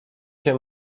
się